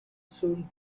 soon